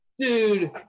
Dude